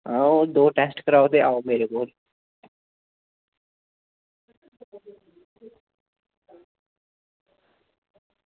हां ओह् दो टेस्ट कराओ ते आओ मेरे कोल